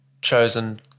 chosen